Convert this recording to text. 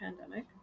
pandemic